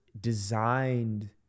designed